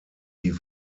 die